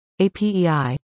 APEI